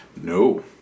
No